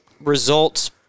results